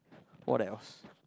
what else